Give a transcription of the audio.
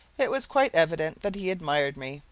it was quite evident that he admired me.